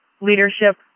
leadership